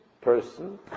person